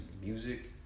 music